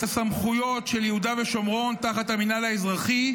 הסמכויות של יהודה ושומרון תחת המינהל האזרחי,